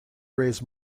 raise